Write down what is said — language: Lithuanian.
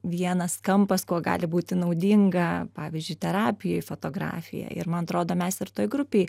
vienas kampas kuo gali būti naudinga pavyzdžiui terapijoj fotografija ir man atrodo mes ir toj grupėj